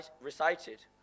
recited